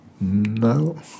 No